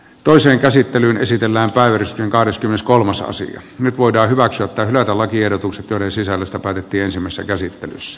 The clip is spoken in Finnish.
toisen käsittelyn esitellään päivitys kahdeskymmeneskolmas asia voidaan hyväksyä tai hylätä lakiehdotukset joiden sisällöstä päätettiinsemmassa käsittelyssä